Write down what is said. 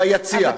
ביציע.